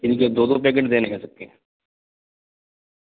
اس کے دو دو پییکٹ دینے کہ سکتے